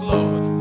Lord